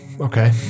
Okay